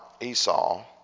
Esau